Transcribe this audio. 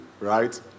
right